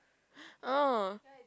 oh